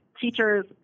teachers